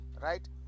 Right